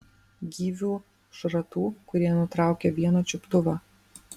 gyvių šratų kurie nutraukė vieną čiuptuvą